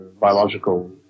biological